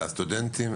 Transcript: לסטודנטים,